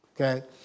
okay